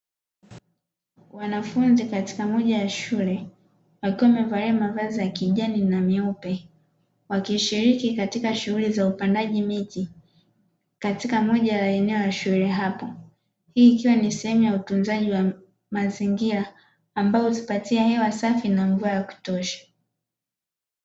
Wanafunzi katika moja ya shule wakiwa wamevalia mavazi ya kijani na meupe, wakishiriki katika shughuli za upandaji miti, katika moja ya eneo la shule hapo. Hii ikiwa ni sehemu ya utunzaji wa mazingira ambao hutupatia hewa safi na mvua ya kutosha.